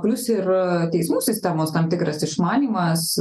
plius ir teismų sistemos tam tikras išmanymas